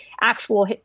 actual